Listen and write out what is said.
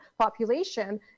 population